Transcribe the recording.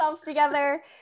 together